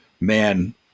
man